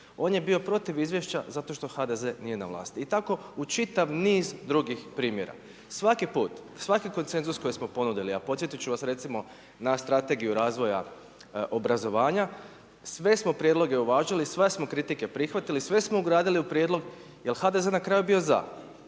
on je bio protiv izvješća zato što HDZ nije na vlasti i tako u čitav niz drugih primjera. Svaki put, svaki konsenzus koji smo ponudili a podsjetiti ću vas recimo na Strategiju razvoja obrazovanja. Sve smo prijedloge uvažili, sve smo kritike prihvatili, sve smo ugradili u prijedlog jer je HDZ na kraju bio za.